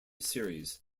series